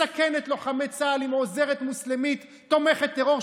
מסכן את לוחמי צה"ל עם עוזרת מוסלמית תומכת טרור,